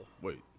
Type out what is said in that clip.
Wait